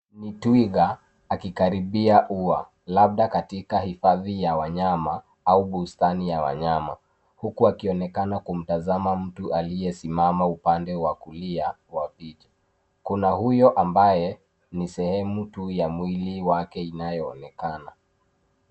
Ni twiga, akikaribia ua labda katika hifadhi ya wanyama au bustani ya wanyama huku akionekana kumtazama mtu aliyesimama upande wa kulia wa bridge .Kuna huyo ambaye, ni sehemu tu ya mwili wake inayoonekana.